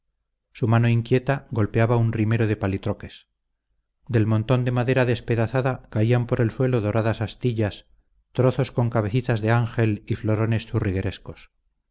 su mano inquieta golpeaba un rimero de palitroques del montón de madera despedazada caían por el suelo doradas astillas trozos con cabecitas de ángel y florones churriguerescos